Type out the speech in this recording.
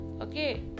okay